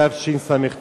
התשס"ט